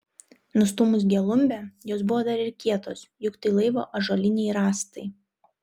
nustūmus gelumbę jos buvo dar ir kietos juk tai laivo ąžuoliniai rąstai